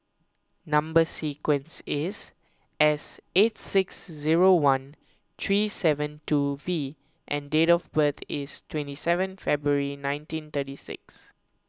Number Sequence is S eight six zero one three seven two V and date of birth is twenty seven February nineteen thirty six